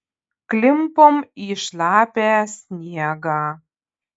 klimpom į šlapią sniegą